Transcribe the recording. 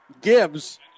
Gibbs